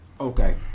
Okay